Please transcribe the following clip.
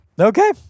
Okay